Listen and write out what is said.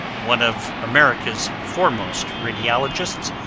one of america's foremost radioligists,